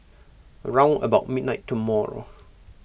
round about midnight tomorrow